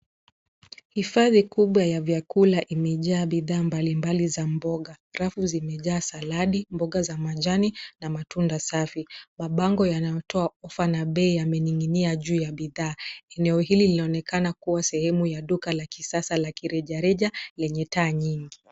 Hifadhi kubwa ya vyakula imejaa bidhaa mbalimbali za mboga. Rafu zimejaa salad ,mboga za majani na matunda safi. Mabango yanayotoa ofa na bei yamening'inia juu ya bidhaa. Eneo hili linaonekana kuwa sehemu ya duka la kisasa la kirejareja lenye taa nyingi.